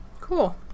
Cool